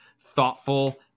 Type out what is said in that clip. thoughtful